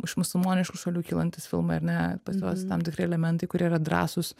iš musulmoniškų šalių kylantys filmai ar ne pas juos tam tikri elementai kurie yra drąsūs